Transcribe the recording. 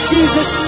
Jesus